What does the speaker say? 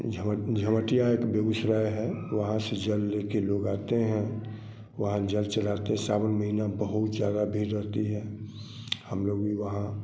झम झमटीया एक बेगूसराय है वहाँ से जल लेकर लोग आते हैं वहाँ जल चढ़ाते सावन महीना बहुत ज़्यादा भीड़ रहती है हम लोग भी वहाँ